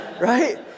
Right